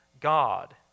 God